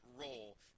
role